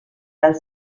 dal